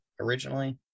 originally